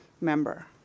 member